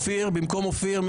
מי במקום אופיר?